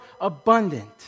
abundant